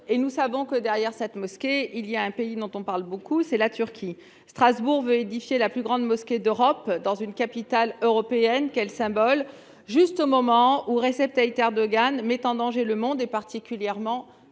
Nous le savons, derrière cette mosquée, il y a un pays dont on parle beaucoup, à savoir la Turquie. Strasbourg veut édifier la plus grande mosquée d'Europe dans une capitale européenne- quel symbole ! -et ce juste au moment où Recep Tayyip Erdogan met en danger le monde, et particulièrement